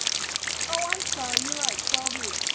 oh, i'm sorry, you're right, twelve e.